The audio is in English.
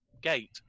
Gate